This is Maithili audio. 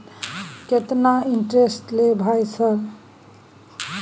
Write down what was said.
केतना इंटेरेस्ट ले भाई सर?